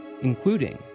including